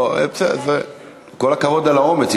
כל הכבוד על האומץ.